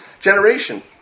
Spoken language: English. generation